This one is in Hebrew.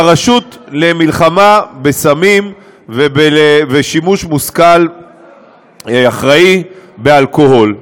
והרשות למלחמה בסמים ושימוש מושכל אחראי באלכוהול.